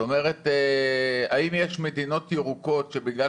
זאת אומרת האם יש מדינות ירוקות שבגלל